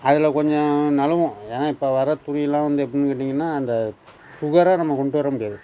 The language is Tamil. அதில் கொஞ்சம் நழுவும் ஏனால் இப்போ வர்ற துணியெலாம் வந்து எப்படின்னு கேட்டிங்கன்னால் அந்த சுகரா நம்ம கொண்டு வர முடியாது